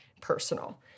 personal